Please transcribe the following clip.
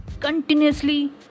continuously